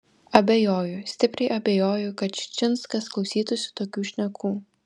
abejoju stipriai abejoju kad čičinskas klausytųsi tokių šnekų